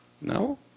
No